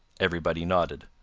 everybody nodded.